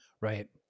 Right